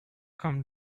come